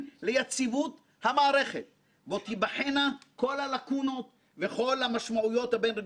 ובו סוף-סוף יוסרו חומות הסודיות שמכשילות רגולטור אחד על ידי אחר.